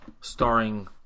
starring